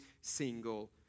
single